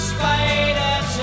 Spider